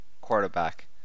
quarterback